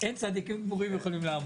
אין צדיקים גמורים יכולים לעמוד.